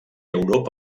europa